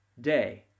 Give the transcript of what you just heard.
day